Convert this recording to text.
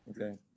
Okay